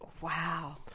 Wow